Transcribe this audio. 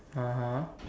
(uh huh)